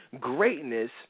greatness